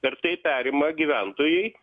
ir tai perima gyventojai